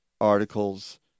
articles